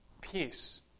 peace